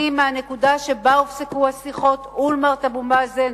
מהנקודה שבה הופסקו השיחות אולמרט אבו מאזן,